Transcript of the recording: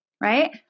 right